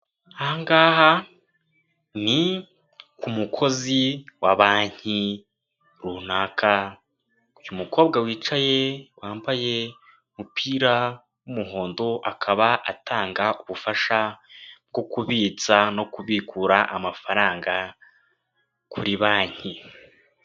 Aha ngaha ni ku mukozi wa banki runaka, uyu mukobwa wicaye wambaye umupira w'umuhondo, akaba atanga ubufasha bwo kubitsa no kubikura amafaranga kuri banki.